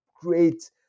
great